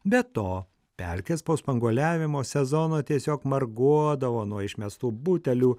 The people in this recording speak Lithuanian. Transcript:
be to pelkės po spanguoliavimo sezono tiesiog marguodavo nuo išmestų butelių